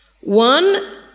One